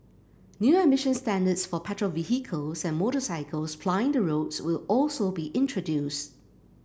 new emission standards for petrol vehicles and motorcycles plying the roads will also be introduced